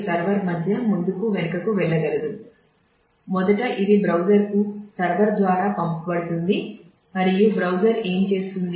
కాబట్టి కుకీ ద్వారా పంపబడుతుంది మరియు బ్రౌజర్ ఏమి చేస్తుంది